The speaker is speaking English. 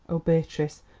oh, beatrice,